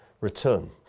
return